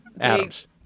Adams